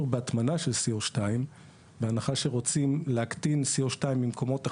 בהטמנה של C02. בהנחה שרוצים להקטין C02 במקומות אחרים,